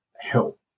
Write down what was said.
help